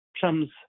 comes